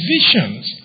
visions